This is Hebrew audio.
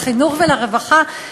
לחינוך ולרווחה.